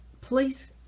please